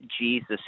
Jesus